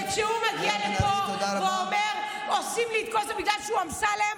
וכשהוא מגיע לפה ואומר: עושים לי את כל זה בגלל שאני אמסלם,